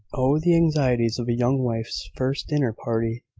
oh, the anxieties of a young wife's first dinner-party!